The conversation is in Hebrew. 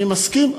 אני מסכים,